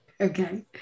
Okay